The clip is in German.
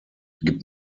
gibt